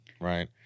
right